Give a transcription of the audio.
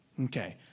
Okay